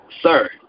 sir